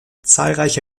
zahlreiche